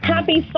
Happy